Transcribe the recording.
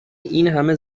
اینهمه